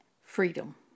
freedom